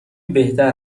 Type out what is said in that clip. بهتر